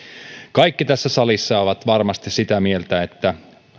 kaikki tässä salissa ovat varmasti sitä mieltä että